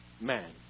man